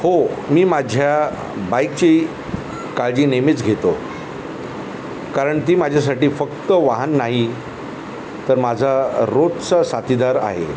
हो मी माझ्या बाईकची काळजी नेहमीच घेतो कारण ती माझ्यासाठी फक्त वाहन नाही तर माझा रोजचा साथीदार आहे